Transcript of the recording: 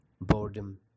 boredom